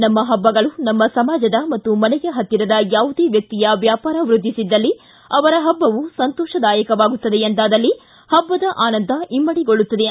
ನಮ್ಮ ಹಬ್ಬಗಳು ನಮ್ಮ ಸಮಾಜದ ನಮ್ಮ ಮನೆಯ ಹತ್ತಿರದ ಯಾವುದೇ ವ್ಯಕ್ತಿಯ ವ್ಯಾಪಾರ ವೃದ್ಧಿಸಿದಲ್ಲಿ ಅವರ ಹಬ್ಬವೂ ಸಂತೋಪದಾಯಕವಾಗುತ್ತದೆ ಎಂದಾದಲ್ಲಿ ಹಬ್ಬದ ಆನಂದ ಇಮ್ಮಡಿಗೊಳ್ಳುತ್ತದೆ